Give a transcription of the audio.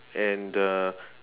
and the